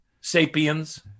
Sapiens